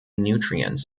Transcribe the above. nutrients